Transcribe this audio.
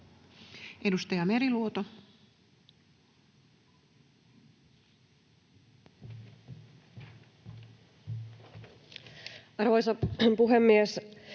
Edustaja Virta. Arvoisa puhemies!